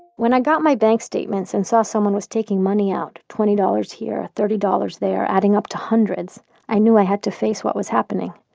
when i got my bank statement and saw someone was taking money out twenty dollars here, thirty dollars there adding up to hundreds i knew i had to face what was happening.